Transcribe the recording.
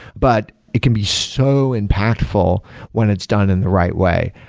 but it can be so impactful when it's done in the right way.